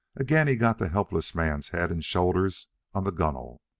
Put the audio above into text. again he got the helpless man's head and shoulders on the gunwale.